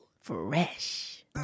Fresh